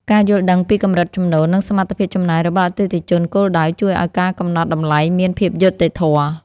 ការយល់ដឹងពីកម្រិតចំណូល និងសមត្ថភាពចំណាយរបស់អតិថិជនគោលដៅជួយឱ្យការកំណត់តម្លៃមានភាពយុត្តិធម៌។